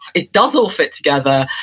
it does all fit together,